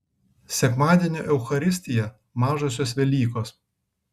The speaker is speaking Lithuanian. sekmadienio eucharistija mažosios velykos